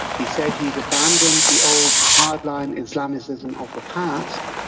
he said he had abandoned the old hardline islamism of the past,